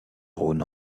rhône